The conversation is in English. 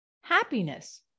happiness